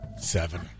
Seven